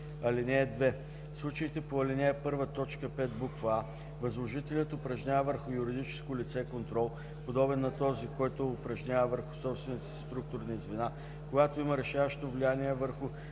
(2) В случаите по ал. 1, т. 5, буква „а” възложителят упражнява върху юридическо лице контрол, подобен на този, който упражнява върху собствените си структурни звена, когато има решаващо влияние върху